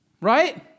Right